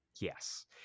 yes